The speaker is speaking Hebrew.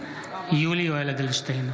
יולי יואל אדלשטיין,